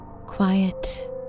quiet